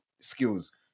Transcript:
skills